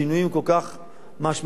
שינויים כל כך משמעותיים,